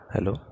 Hello